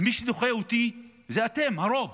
מי שדוחה אותי זה אתם, הרוב.